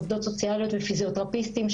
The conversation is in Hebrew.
עובדות סוציאליות ופיזיותרפיסטים,